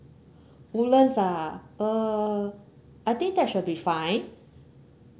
woodlands ah uh I think that should be fine